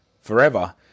forever